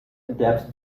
adapt